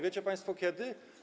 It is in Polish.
Wiecie państwo kiedy?